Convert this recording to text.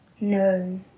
No